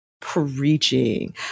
preaching